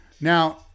now